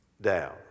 down